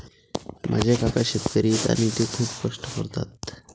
माझे काका शेतकरी आहेत आणि ते खूप कष्ट करतात